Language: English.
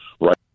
right